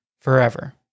forever